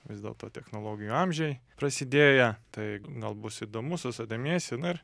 vis dėlto technologijų amžiai prasidėję tai gal bus įdomu susidamėsi na ir